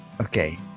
Okay